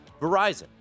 Verizon